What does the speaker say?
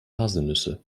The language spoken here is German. haselnüsse